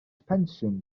pensiwn